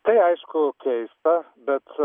tai aišku keista bet